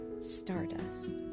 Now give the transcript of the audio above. stardust